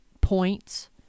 points